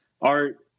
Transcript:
art